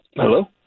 Hello